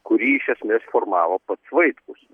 kurį iš esmės formavo pats vaitkus